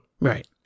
Right